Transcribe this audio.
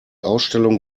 ausstellung